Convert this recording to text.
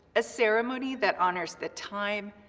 a ceremony that honors the time,